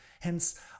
Hence